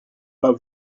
pas